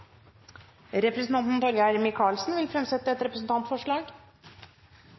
Representanten Torgeir Micaelsen vil fremsette et representantforslag.